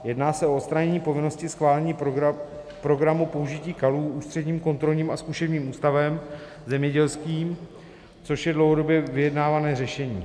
Jedná se o odstranění povinnosti schválení programu použití kalů Ústředním kontrolním a zkušebním ústavem zemědělským, což je dlouhodobě vyjednávané řešení.